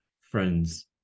friends